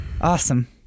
Awesome